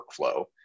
workflow